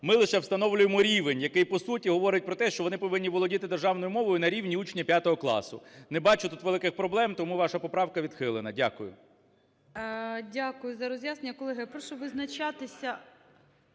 Ми лише встановлюємо рівень, який по суті говорить про те, що вони повинні володіти державною мовою на рівні учня 5 класу. Не бачу тут великих проблем, тому ваша поправка відхилена. Дякую. ГОЛОВУЮЧИЙ. Дякую за роз'яснення. Колеги, прошу визначатися.